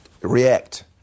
react